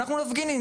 אנחנו נפגין,